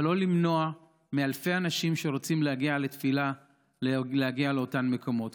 אבל לא למנוע מאלפי אנשים שרוצים להגיע לתפילה להגיע לאותם מקומות.